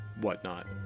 whatnot